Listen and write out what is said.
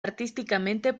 artísticamente